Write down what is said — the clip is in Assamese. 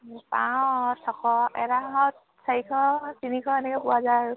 পাওঁ ছশ এটা হাঁহত চাৰিশ তিনিশ এনেকৈ পোৱা যায় আৰু